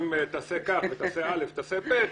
אם תעשה כך ותעשה א' ותעשה ב',